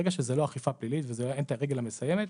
ברגע שזה לא אכיפה פלילית ואין את הרגל המסיימת,